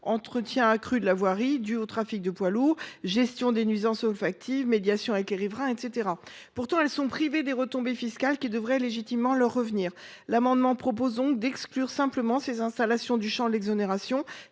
entretien accru de la voirie à cause du trafic de poids lourds, gestion des nuisances olfactives, médiation avec les riverains, etc. –, sans bénéficier des retombées fiscales qui devraient légitimement leur revenir. L’amendement vise donc à exclure les installations de méthanisation du champ de l’exonération